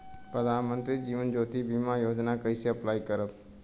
प्रधानमंत्री जीवन ज्योति बीमा योजना कैसे अप्लाई करेम?